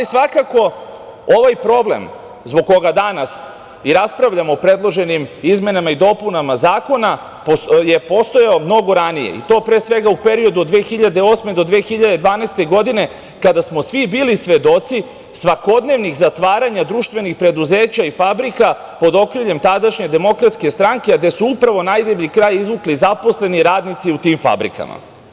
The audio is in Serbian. Svakako, ovaj problem, zbog koga danas i raspravljamo predloženim izmenama i dopunama zakona, je postojao mnogo ranije, i to pre svega u periodu od 2008. godine do 2012. godine, kada smo svi bili svedoci svakodnevnih zatvaranja društvenih preduzeća i fabrika pod okriljem tadašnje Demokratske stranke, gde su upravo najdeblji kraj izvukli zaposleni radnici u tim fabrikama.